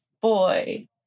boy